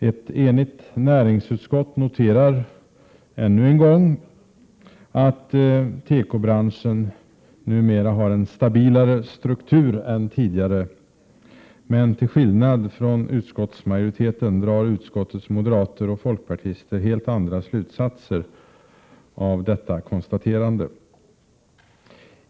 Ett enigt näringsutskott noterar ännu en gång att tekobranschen numera har en stabilare struktur än tidigare, men till skillnad från utskottsmajoriteten drar utskottets moderater och folkpartister helt andra slutsatser av detta konstaterande.